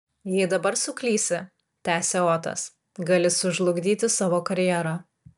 jei dabar suklysi tęsė otas gali sužlugdyti savo karjerą